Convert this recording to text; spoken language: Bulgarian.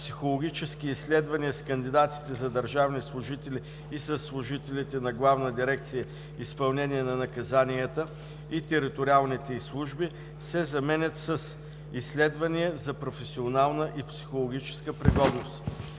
„психологически изследвания с кандидатите за държавни служители и със служителите на Главна дирекция „Изпълнение на наказанията“ и териториалните й служби“ се заменят с „изследвания за професионална и психологическа пригодност“.“